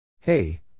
Hey